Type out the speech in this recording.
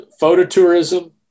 phototourism